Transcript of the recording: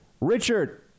Richard